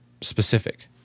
specific